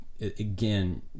again